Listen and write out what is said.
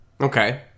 Okay